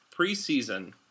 preseason